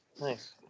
Nice